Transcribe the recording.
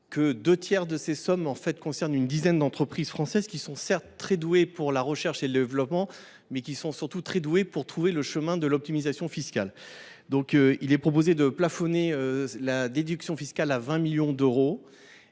les deux tiers de ces sommes concernent une dizaine d’entreprises. Celles ci sont certes très douées pour la recherche et le développement, mais également pour trouver le chemin de l’optimisation fiscale. Nous proposons de plafonner cette déduction fiscale à 20 millions d’euros.